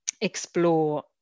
explore